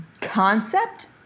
concept